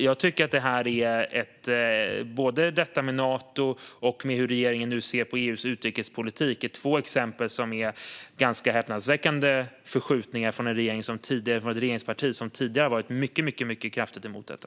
Jag tycker att detta med Nato och hur regeringen nu ser på EU:s utrikespolitik är två exempel på ganska häpnadsväckande förskjutningar från ett regeringsparti som tidigare varit mycket kraftigt emot detta.